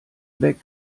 weg